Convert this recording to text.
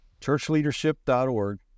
Churchleadership.org